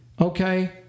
okay